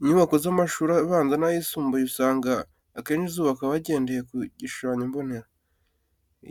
Inyubako z'amashuri abanza n'ayisumbuye usanga akenshi zubakwa bagendeye ku gishushanyo mbonera.